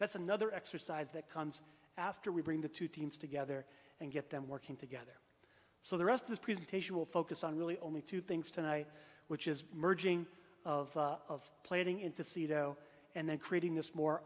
that's another exercise that comes after we bring the two teams together and get them working together so the rest his presentation will focus on really only two things tonight which is merging of of plating into sido and then creating this more